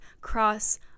cross